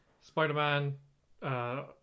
Spider-Man